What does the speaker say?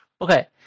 Okay